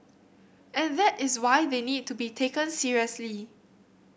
and that is why they need to be taken seriously